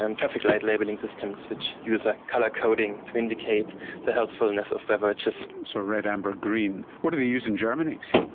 um traffic-light labelling systems which use ah colour coding to indicate the helpfulness of beverages. so red, amber, green. what do they use in germany?